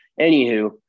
Anywho